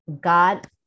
God